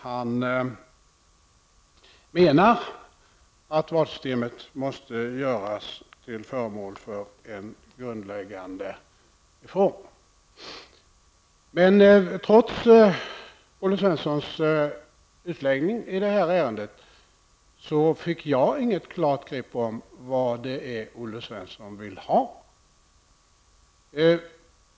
Han anser att valsystemet måste bli föremål för en grundläggande reformering. Trots Olle Svenssons utläggning i detta ärende fick jag inget klart grepp om vad det är han vill ha.